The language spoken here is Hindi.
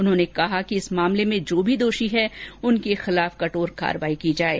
उन्होंने कहा कि इस मामले में जो भी दोषी है उनके खिलाफ कठोर कार्यवाही की जाये